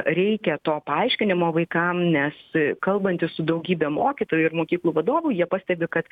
reikia to paaiškinimo vaikam nes kalbantis su daugybe mokytojų ir mokyklų vadovų jie pastebi kad